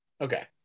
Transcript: okay